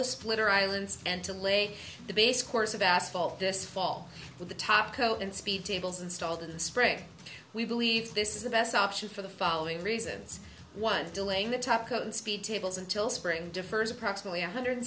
the splitter islands and to lay the base course of asphalt this fall with the top coat and speed tables installed in the spring we believe this is the best option for the following reasons one of delaying the top speed tables until spring defers approximately one hundred